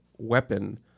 Weapon